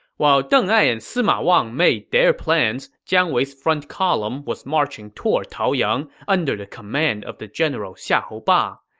while deng ai and sima wang made their plans, jiang wei's front column was marching toward taoyang under the command of the general xiahou ba.